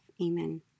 Amen